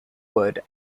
wood